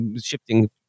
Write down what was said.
shifting